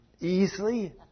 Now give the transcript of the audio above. Easily